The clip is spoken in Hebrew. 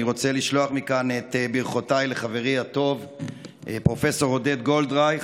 אני רוצה לשלוח מכאן את ברכותיי לחברי הטוב פרופ' עודד גולדרייך,